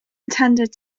intended